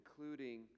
including